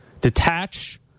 detach